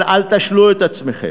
אבל אל תשלו את עצמכם,